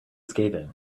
scathing